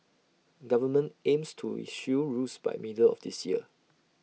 government aims to issue rules by middle of this year